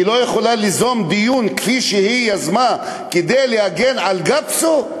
היא לא יכולה ליזום דיון כפי שהיא יזמה כדי להגן על גפסו?